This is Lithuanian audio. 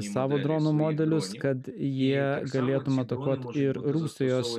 savo dronų modelius kad jie galėtum atakuot ir rusijos